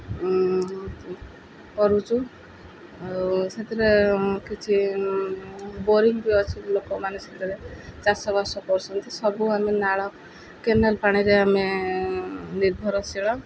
କରୁଛୁ ଆଉ ସେଥିରେ କିଛି ବୋରିଂ ବି ଅଛି ଲୋକମାନେ ସେଥିରେ ଚାଷବାସ କରୁଛନ୍ତି ସବୁ ଆମେ ନାଳ କେନାଲ୍ ପାଣିରେ ଆମେ ନିର୍ଭରଶୀଳ